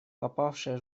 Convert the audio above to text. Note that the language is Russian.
попавшая